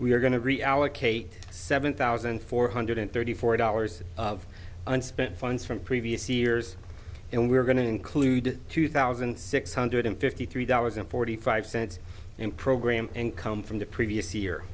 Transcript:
we are going to reallocate seven thousand four hundred thirty four dollars of unspent funds from previous years and we are going to include two thousand six hundred fifty three dollars and forty five cents in program and come from the previous